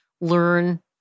learn